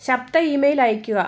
ശബ്ദ ഇമെയിൽ അയയ്ക്കുക